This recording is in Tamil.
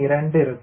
02 இருக்கும்